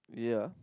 yeah